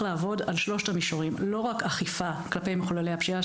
לעבוד על שלושת המישורים: זה לא רק אכיפה כלפי מחוללי הפשיעה,